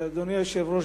אדוני היושב-ראש,